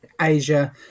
Asia